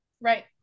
Right